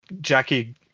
Jackie